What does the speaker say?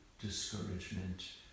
discouragement